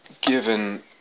given